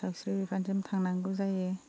सावस्रि बिफानसिम थांनांगौ जायो